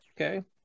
Okay